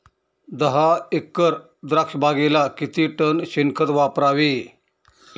दहा एकर द्राक्षबागेला किती टन शेणखत वापरावे?